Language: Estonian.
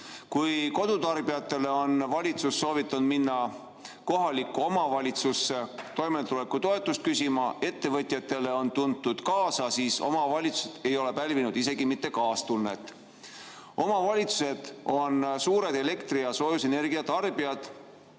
Kui kodutarbijatele on valitsus soovitanud minna kohalikku omavalitsusse toimetulekutoetust küsima ja ettevõtjatele on tuntud kaasa, siis omavalitsused ei ole pälvinud isegi mitte kaastunnet. Omavalitsused on suured elektri- ja soojusenergia tarbijad